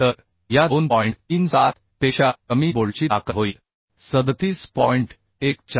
तर या 2 पेक्षा कमी बोल्टची ताकद 37